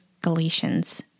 Galatians